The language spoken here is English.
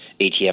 ETF